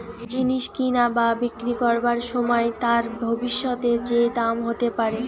জিনিস কিনা বা বিক্রি করবার সময় তার ভবিষ্যতে যে দাম হতে পারে